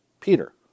Peter